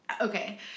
Okay